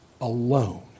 alone